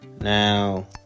Now